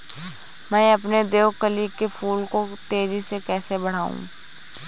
मैं अपने देवकली के फूल को तेजी से कैसे बढाऊं?